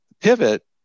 pivot